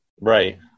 right